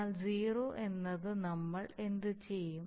എന്നാൽ സീറോ എന്നത് നമ്മൾ എന്തുചെയ്യും